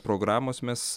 programos mes